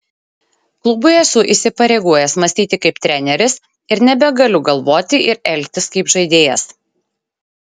klubui esu įsipareigojęs mąstyti kaip treneris ir nebegaliu galvoti ir elgtis kaip žaidėjas